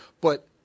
But-